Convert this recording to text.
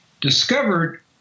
discovered